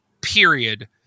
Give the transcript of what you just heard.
period